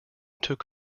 took